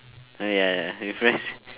I uh with rice